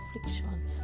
affliction